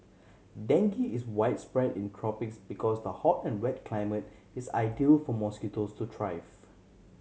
dengue is widespread in tropics because the hot and wet climate is ideal for mosquitoes to thrive